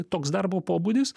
toks darbo pobūdis